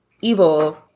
evil